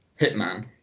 hitman